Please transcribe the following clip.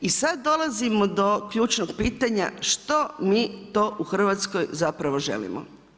I sada dolazimo do ključnog pitanja što mi to u Hrvatskoj zapravo želimo.